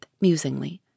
musingly